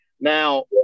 Now